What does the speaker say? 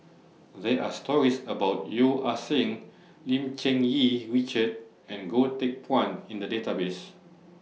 There Are stories about Yeo Ah Seng Lim Cherng Yih Richard and Goh Teck Phuan in The Database